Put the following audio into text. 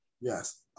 Yes